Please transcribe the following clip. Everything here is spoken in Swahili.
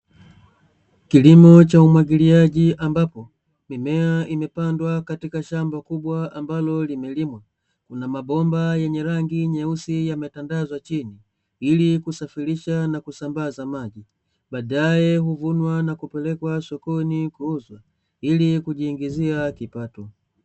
Kilimo cha umwagiliaji ambapo, mimea imepandwa katika shamba kubwa ambalo limelimwa, kuna mabomba yenye rangi nyeusi ya mitandao chini ili kusafirisha na kusambaza zamani baadaye huvunwa na kupelekwa sokoni kuhusu ili kujiingizia kipato.